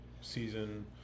season